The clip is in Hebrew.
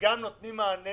וגם נותנים מענה